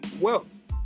wealth